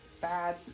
Bad